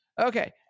Okay